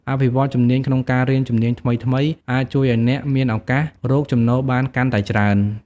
អភិវឌ្ឍជំនាញក្នុងការរៀនជំនាញថ្មីៗអាចជួយឱ្យអ្នកមានឱកាសរកចំណូលបានកាន់តែច្រើន។